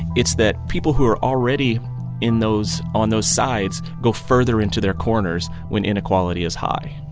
it's that people who are already in those on those sides go further into their corners when inequality is high